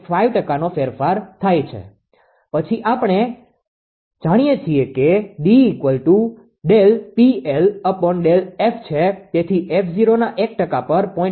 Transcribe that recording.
5 ટકાનો ફેરફાર થાય છે પછી આપણે જાણીએ છીએ કે D𝜕𝑃𝐿𝜕𝐹 છે તેથી 𝑓0ના એક ટકા પર 0